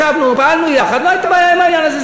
ישבנו, פעלנו יחד, לא הייתה בעיה עם העניין הזה.